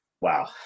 Wow